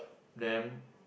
then